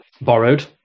borrowed